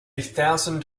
thousand